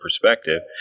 perspective